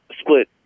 split